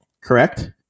correct